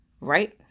right